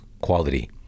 quality